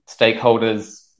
stakeholders